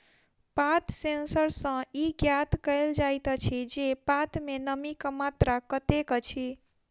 पात सेंसर सॅ ई ज्ञात कयल जाइत अछि जे पात मे नमीक मात्रा कतेक अछि